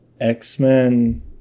X-Men